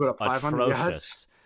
atrocious